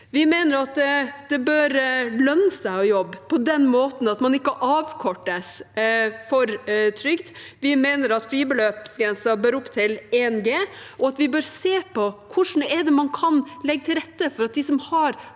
Vi mener det bør lønne seg å jobbe på den måten at trygden ikke avkortes. Vi mener fribeløpsgrensen bør opp til 1 G, og at vi bør se på hvordan vi kan legge til rette for at de som har